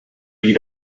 you